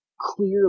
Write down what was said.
clear